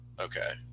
Okay